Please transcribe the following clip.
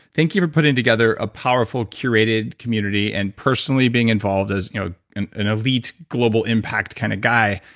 thank you for putting together a powerful curated community and personally being involved as you know an an elite global impact kind of guy,